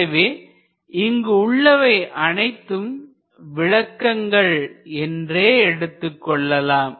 எனவே இங்கு உள்ளவை அனைத்தும் விளக்கங்கள் என்றே எடுத்துக்கொள்ளலாம்